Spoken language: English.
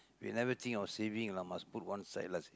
we never think on saving lah must put one side lah